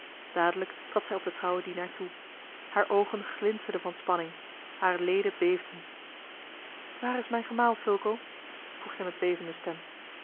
dadelijk trad zij op den trouwen dienaar toe hare oogen glinsterden van spanning hare leden beefden waar is mijn gemaal fulco vroeg zij met bevende stem